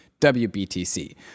WBTC